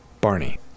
Barney